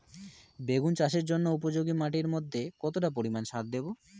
বেগুন চাষের জন্য উপযোগী মাটির মধ্যে কতটা পরিমান সার দেব?